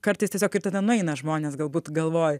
kartais tiesiog ir tada nueina žmonės galbūt galvoj